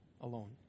alone